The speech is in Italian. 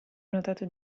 notato